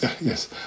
Yes